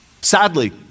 Sadly